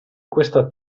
questa